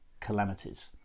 calamities